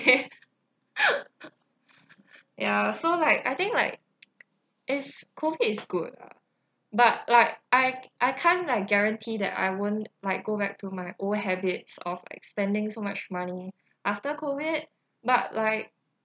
ya so like I think like it's COVID is good lah but like I I can't like guarantee that I won't like go back to my old habits of like spending so much money after COVID but like